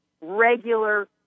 Regular